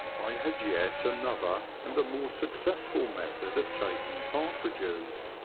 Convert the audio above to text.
i had yet another and a more successful method of taking partridges.